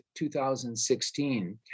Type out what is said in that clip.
2016